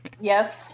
Yes